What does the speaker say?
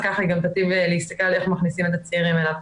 אז ככה היא גם תטיב להסתכל על איך מכניסים את הצעירים אליו.